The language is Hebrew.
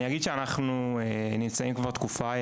אני אגיד שאנחנו נמצאים כבר תקופה,